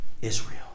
Israel